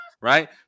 right